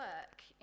work